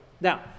Now